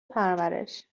پرورش